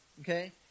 Okay